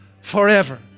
forever